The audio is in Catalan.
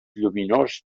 lluminós